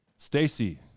Stacy